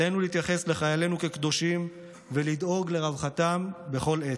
עלינו להתייחס לחיילינו כקדושים ולדאוג לרווחתם בכל עת.